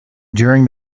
during